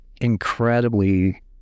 incredibly